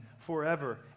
forever